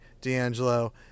D'Angelo